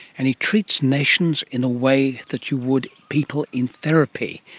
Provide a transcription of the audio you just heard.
and he treats nations in a way that you would people in therapy,